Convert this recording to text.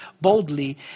boldly